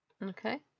Okay